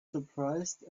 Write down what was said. surprised